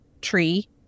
tree